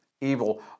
evil